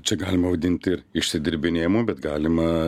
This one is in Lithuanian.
čia galima vadinti ir išsidirbinėjimu bet galima